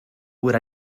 would